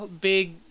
big